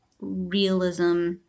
realism